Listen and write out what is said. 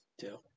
Two